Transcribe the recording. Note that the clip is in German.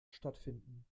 stattfinden